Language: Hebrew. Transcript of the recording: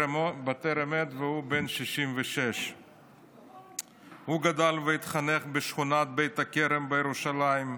בטרם עת והוא בן 66. הוא גדל והתחנך בשכונת בית הכרם בירושלים,